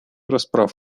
расправ